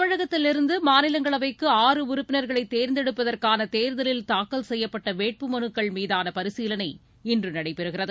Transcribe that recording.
தமிழகத்திலிருந்து மாநிலங்களவைக்கு ஆறு உறுப்பினர்களை தேர்ந்தெடுப்பதற்கான தேர்தலில் தாக்கல் செய்யப்பட்ட வேட்புமனுக்கள் மீதான பரிசீலனை இன்று நடைபெறுகிறது